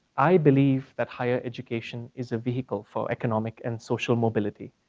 i believe that higher education is a vehicle for economic and social mobility.